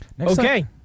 Okay